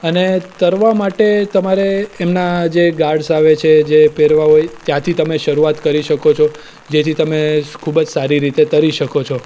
અને તરવા માટે તમારે એમના જે ગાર્ડ્સ આવે છે જે પહેરવા હોય ત્યાંથી તમે શરૂઆત કરી શકો છો જેથી તમે ખૂબ જ સારી રીતે તરી શકો છો